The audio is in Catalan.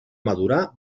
madurar